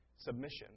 submission